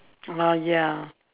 oh ya